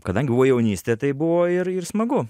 kadangi buvo jaunystė tai buvo ir ir smagu